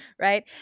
right